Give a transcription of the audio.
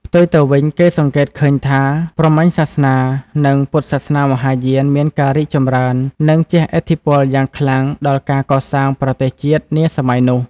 ផ្ទុយទៅវិញ គេសង្កេតឃើញថា ព្រហ្មញ្ញសាសនា និងពុទ្ធសាសនាមហាយានមានការរីកចម្រើន និងជះឥទ្ធិពលយ៉ាងខ្លាំងដល់ការកសាងប្រទេសជាតិនាសម័យនោះ។